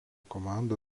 komanda